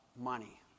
money